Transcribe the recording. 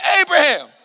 Abraham